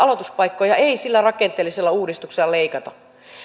aloituspaikkoja ei sillä rakenteellisella uudistuksella leikata